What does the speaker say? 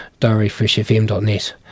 diaryfreshfm.net